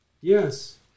Yes